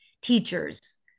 teachers